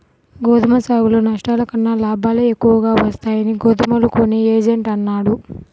గోధుమ సాగులో నష్టాల కన్నా లాభాలే ఎక్కువగా వస్తాయని గోధుమలు కొనే ఏజెంట్ అన్నాడు